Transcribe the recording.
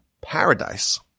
paradise